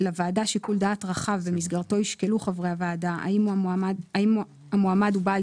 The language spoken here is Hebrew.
לוועדה שיקול דעת רחב במסגרתו ישקלו חברי הוועדה האם המועמד הוא בעל